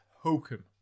Hokum